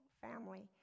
family